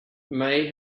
may